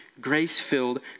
grace-filled